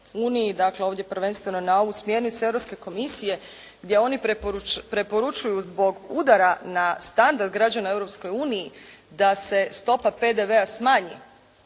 dakle ovdje prvenstveno na ovu smjernicu Europske komisije gdje oni preporučuju zbog udara na standard građana u Europskoj uniji da se stopa PDV-a smanji